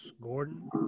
Gordon